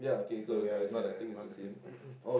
so ya it's not that one difference